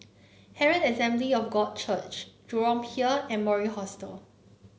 Herald Assembly of God Church Jurong Pier and Mori Hostel